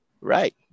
Right